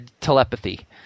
telepathy